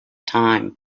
time